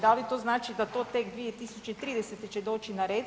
Da li to znači da to tek 2030. će doći na red?